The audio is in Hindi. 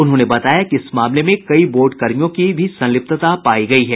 उन्होंने बताया कि इस मामले में कई बोर्ड कर्मियों की भी संलिप्तता पायी गयी है